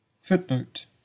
Footnote